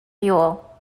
fuel